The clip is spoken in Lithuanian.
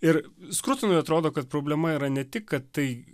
ir skrutonui atrodo kad problema yra ne tik kad tai